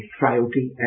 frailty